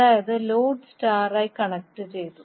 അതായത് load star ആയി കണക്റ്റുചെയ്തു